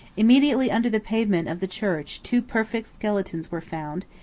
immediately under the pavement of the church two perfect skeletons were found,